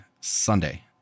Sunday